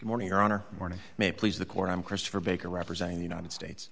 morning your honor morning may please the court i'm christopher baker representing the united states